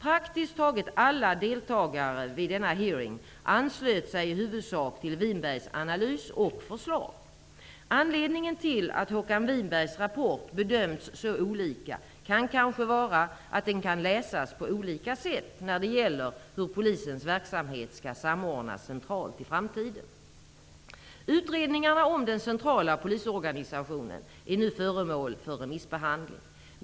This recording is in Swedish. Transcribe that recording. Praktiskt taget alla deltagare vid hearingen anslöt sig i huvudsak till Winbergs analys och förslag. Anledningen till att Håkan Winbergs rapport bedömts så olika kan kanske vara att den kan läsas på olika sätt när det gäller hur polisens verksamhet skall samordnas centralt i framtiden. Utredningarna om den centrala polisorganisationen är nu föremål för remissbehandling.